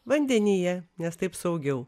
vandenyje nes taip saugiau